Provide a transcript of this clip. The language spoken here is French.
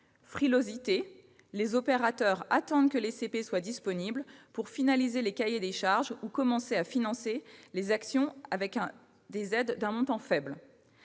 frilosité- les opérateurs attendent que les crédits de paiement soient disponibles pour finaliser les cahiers des charges ou commencent à financer les actions avec des aides d'un montant faible